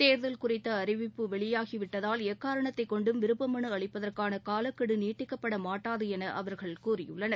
தேர்தல் குறித்த அறிவிப்பு வெளியாகிவிட்டதால் எக்காரணத்தைக் கொண்டும் விருப்ப மனு அளிப்பதற்கான காலக்கெடு நீட்டிக்கப்பட மாட்டாது என அவர்கள் கூறியுள்ளனர்